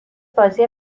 بازی